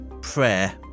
Prayer